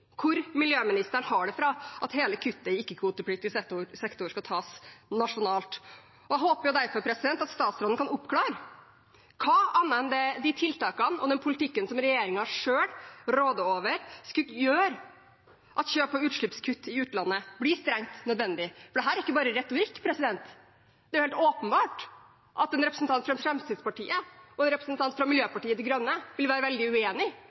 hvor miljøministeren har det fra at hele kuttet i ikke-kvotepliktig sektor skal tas nasjonalt. Jeg håper derfor statsråden kan oppklare: Hva, annet enn de tiltakene og den politikken regjeringen selv råder over, skulle gjøre at kjøp av utslippskutt i utlandet blir strengt nødvendig? For dette er ikke bare retorikk. Det er helt åpenbart at en representant fra Fremskrittspartiet og en representant fra Miljøpartiet De Grønne vil være veldig